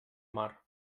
mar